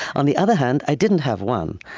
on the other hand, i didn't have one.